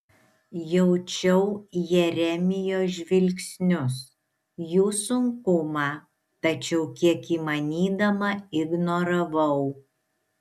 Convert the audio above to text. jaučiau jeremijo žvilgsnius jų sunkumą tačiau kiek įmanydama ignoravau